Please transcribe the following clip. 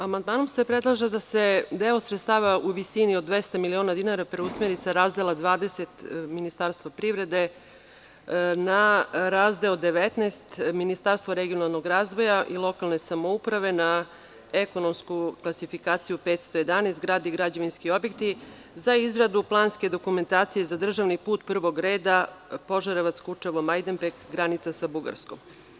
Amandmanom se predlaže da se deo sredstava u visini od 200 miliona dinara preusmeri sa razdela 20 – Ministarstvo privrede na razdeo 19 – Ministarstvo regionalnog razvoja i lokalne samouprave na ekonomsku klasifikaciju 511 – grad i građevinski objekti za izradu planske dokumentacije za državni put prvog reda Požarevac-Kučevo-Majdanpek-granica sa Bugarskom.